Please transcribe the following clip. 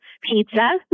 pizza